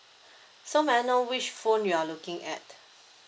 so may I know which phone you are looking at